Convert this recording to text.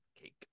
cake